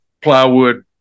plywood